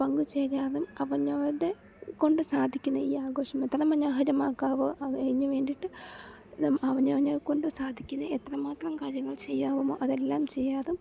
പങ്കുചേരാനും അവന്നവർടെക്കൊണ്ടു സാധിക്കുന്ന ഈ ആഘോഷം എത്ര മനോഹരമാക്കാവോ അ അതിനുംവേണ്ടിയിട്ട് നം അവനവനെക്കൊണ്ട് സാധിക്കുന്ന എത്രമാത്രം കാര്യങ്ങൾ ചെയ്യാമോ അതെല്ലാം ചെയ്യാതും